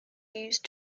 used